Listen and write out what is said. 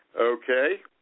Okay